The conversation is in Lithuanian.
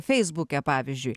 feisbuke pavyzdžiui